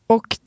Och